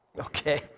Okay